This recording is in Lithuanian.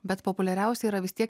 bet populiariausi yra vis tiek